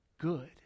good